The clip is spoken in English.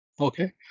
okay